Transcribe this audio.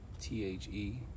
T-H-E